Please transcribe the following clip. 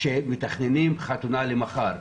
שמתכננים חתונה למחר.